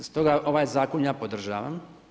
Stoga ovaj Zakon ja podržavam.